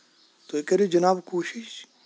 تُہۍ کٔرِو جِناب کوٗشِش